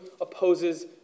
opposes